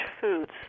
foods